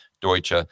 deutsche